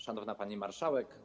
Szanowna Pani Marszałek!